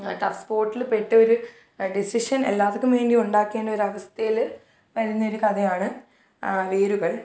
tough സ്പോട്ടിൽ പെട്ട ഒരു ഡിസിഷൻ എല്ലാവർക്കും വേണ്ടി ഉണ്ടാക്കേണ്ട ഒരവസ്ഥയിൽ വരുന്നൊരു കഥയാണ് വേരുകൾ